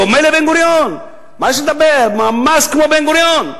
דומה לבן-גוריון, מה יש לדבר, ממש כמו בן-גוריון.